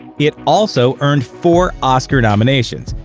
it also earned four oscar nominations,